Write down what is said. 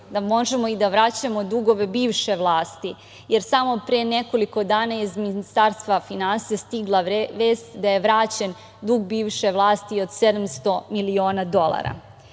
da možemo i da vraćamo dugove bivše vlasti, jer samo pre nekoliko dana je iz Ministarstva finansija stigla vest da je vraćen dug bivše vlasti od 700 miliona dolara.